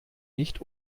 nicht